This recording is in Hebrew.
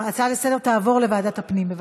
בבקשה.